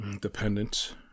dependent